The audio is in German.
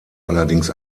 allerdings